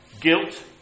guilt